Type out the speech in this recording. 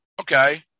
Okay